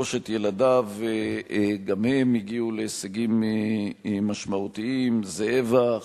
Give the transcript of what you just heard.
שלושת ילדיו גם הם הגיעו להישגים משמעותיים: זאבה,